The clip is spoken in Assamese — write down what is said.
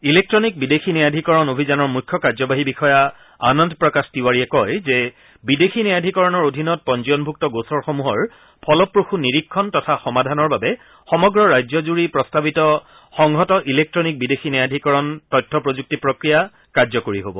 ইলেক্টনিক বিদেশী ন্যায়াধিকৰণ অভিযানৰ মুখ্য কাৰ্যবাহী বিষয়া আনন্দ প্ৰকাশ তিৱাৰীয়ে কয় যে বিদেশী ন্যায়াধিকৰণৰ অধীনত পঞ্জীয়নভুক্ত গোচৰসমূহৰ ফলপ্ৰসূ নিৰীক্ষণ তথা সমাধানৰ বাবে সমগ্ৰ ৰাজ্যজুৰি প্ৰস্তাৱিত সংহত ইলেক্টনিক বিদেশী ন্যায়াধিকৰণ তথ্য প্ৰযুক্তি প্ৰক্ৰিয়া কাৰ্যকৰী হব